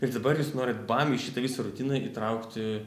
ir dabar jūs norit bam į šitą visą rutiną įtraukti